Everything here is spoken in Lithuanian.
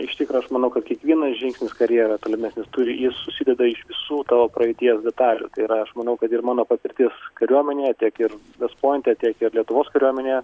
iš tikro aš manau kad kiekvienas žingsnis karjera tolimesnis turi jis susideda iš visų tavo praeities detalių tai yra aš manau kad ir mano patirtis kariuomenėje tiek ir vest pointe tiek ir lietuvos kariuomenėje